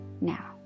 now